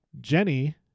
Jenny